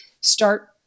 start